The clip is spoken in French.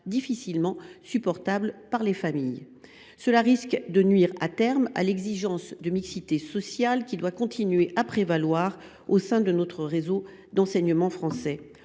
difficilement supportable pour les familles. Cela risque de nuire, à terme, à l’exigence de mixité sociale, qui doit continuer à prévaloir au sein de notre réseau d’enseignement français.